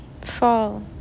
fall